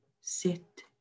Sit